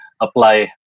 apply